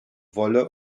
wolle